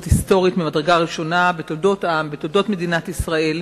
היסטורית ממדרגה ראשונה בתולדות מדינת ישראל,